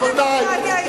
רבותי,